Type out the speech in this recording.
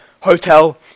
hotel